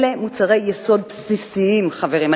אלה מוצרי יסוד בסיסיים, חברים.